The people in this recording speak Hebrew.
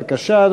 בבקשה,